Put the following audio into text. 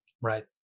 Right